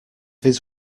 his